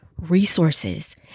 resources